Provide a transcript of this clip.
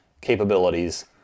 capabilities